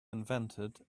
invented